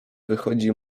wychodzi